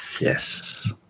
Yes